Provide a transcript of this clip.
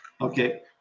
Okay